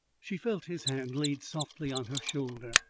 she felt his hand laid softly on her shoulder.